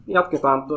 Jatketaan